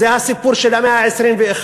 זה הסיפור של המאה ה-21,